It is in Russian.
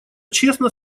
честно